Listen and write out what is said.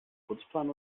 putzplan